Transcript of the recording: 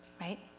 right